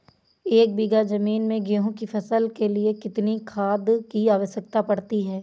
एक बीघा ज़मीन में गेहूँ की फसल के लिए कितनी खाद की आवश्यकता पड़ती है?